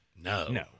No